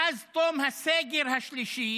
מאז תום הסגר השלישי